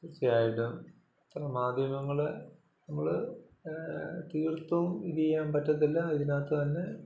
തീർച്ചയായിട്ടും മാധ്യമങ്ങൾ നമ്മൾ തീർത്തും ഇതു ചെയ്യാൻ പറ്റത്തില്ല അതിനകത്ത് തന്നെ